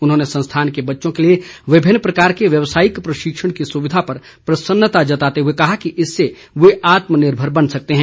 उन्होंने संस्थान के बच्चों के लिए विभिन्न प्रकार के व्यवसायिक प्रशिक्षण की सुविधा पर प्रसन्नता जताते हुए कहा कि इससे वे आत्मनिर्भर बन सकते है